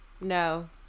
no